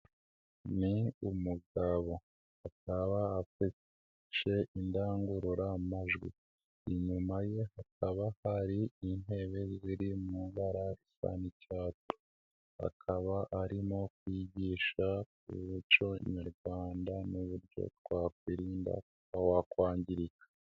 Ni umugabo akaba afashe indangururamajwi, inyuma ye hakaba hari intebe ziri mu bara risa n'icyatsi, akaba arimo kwiyigisha umuco nyarwanda n'uburyo twakwirinda kuba wakwangirika.